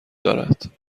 دارد